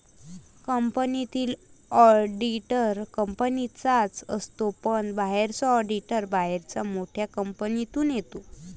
कंपनीतील ऑडिटर कंपनीचाच असतो पण बाहेरचा ऑडिटर बाहेरच्या मोठ्या कंपनीतून येतो